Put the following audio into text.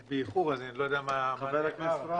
היא מהאוכלוסיות החלשות ביותר במדינה.